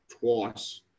twice